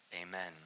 amen